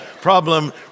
problem